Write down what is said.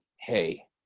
hey